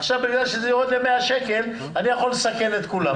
עכשיו בגלל שזה יורד ל-100 שקל אני יכול לסכן את כולם.